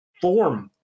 form